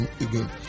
again